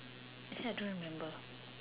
that I don't remember